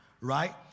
Right